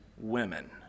women